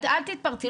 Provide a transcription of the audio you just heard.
אל תתפרצי.